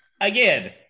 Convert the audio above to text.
Again